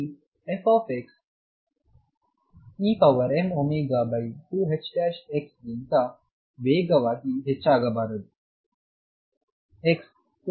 ಅಲ್ಲಿ f emω2ℏx2ಗಿಂತ ವೇಗವಾಗಿ ಹೆಚ್ಚಾಗಬಾರದು